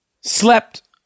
slept